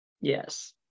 Yes